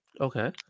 Okay